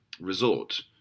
resort